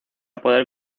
poder